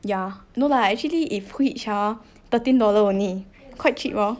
yeah no lah actually if hitch hor thirteen dollar only quite cheap hor